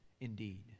indeed